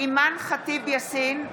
אימאן ח'טיב יאסין,